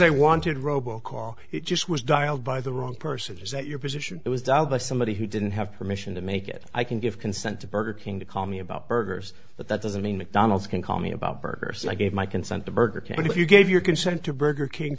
a wanted robo call it just was dialed by the wrong person is that your position it was done by somebody who didn't have permission to make it i can give consent to burger king to call me about burgers but that doesn't mean mcdonald's can call me about burger so i gave my consent to burger king but if you gave your consent to burger king